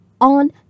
on